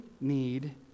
need